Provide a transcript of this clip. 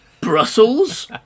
Brussels